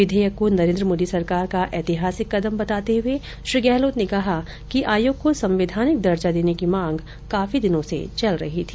विघेयक को नरेंद्र मोदी सरकार का ऐतिहासिक कदम बताते हुए श्री गहलोत ने कहा कि आयोग को संवैधानिक दर्जा देने की मांग काफी दिनों से चली आ रही थी